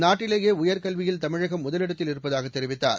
நாட்டிலேயே உயர்கல்வியில் தமிழகம் முதலிடத்தில் இருப்பதாக தெரிவித்தார்